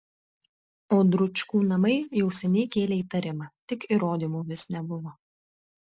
o dručkų namai jau seniai kėlė įtarimą tik įrodymų vis nebuvo